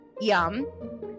Yum